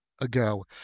ago